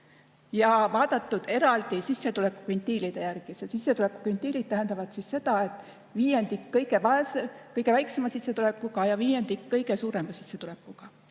Ja vaadatud on neid eraldi sissetulekukvintiilide järgi. Sissetulekukvintiilid tähendavad seda, et võrreldakse viiendikku kõige väiksema sissetulekuga ja viiendikku kõige suurema sissetulekuga